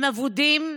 הם אבודים,